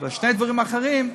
ושני הדברים האחרים,